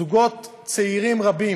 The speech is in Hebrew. זוגות צעירים רבים,